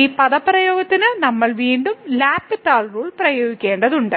ഈ പദപ്രയോഗത്തിന് നമ്മൾ വീണ്ടും L'Hospital റൂൾ പ്രയോഗിക്കേണ്ടതുണ്ട്